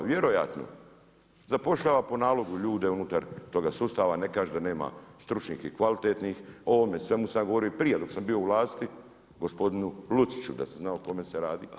Vjerojatno zapošljava po nalogu ljude unutar toga sustava, ne kažem da nema stručnih i kvalitetnih, o ovome svemu sam ja govorio prije dok sam bio u vlasti gospodinu Luciću da se zna o kome se radi.